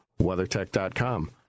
WeatherTech.com